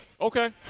Okay